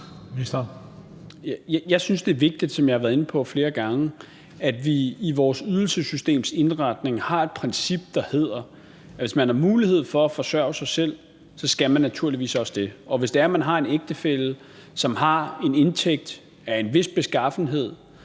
Jeg synes, det er vigtigt, som jeg har været inde på flere gange, at vi i vores ydelsessystems indretning har et princip, der handler om, at man, hvis man har mulighed for at forsørge sig selv, så naturligvis også skal gøre det, og at man – hvis det er, at man har en ægtefælle, som har en indtægt af en vis beskaffenhed,